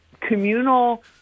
communal